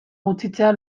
gutxitzea